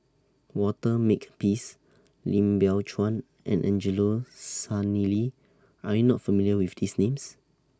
Walter Makepeace Lim Biow Chuan and Angelo Sanelli Are YOU not familiar with These Names